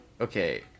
okay